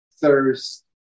thirst